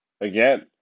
again